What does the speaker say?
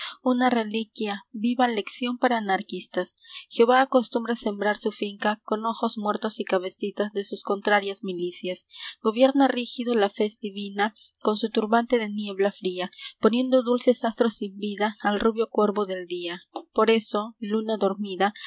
una reliquia viva lección para anarquistas jehová acostumbra sembrar su finca con ojos muertos y cabecitas de sus contrarias milicias o viernes rígido la fez divina con su turbante de niebla fría poniendo dulces astros sin vida al rubio cuervo del día por eso luna luna dormida